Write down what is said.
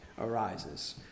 arises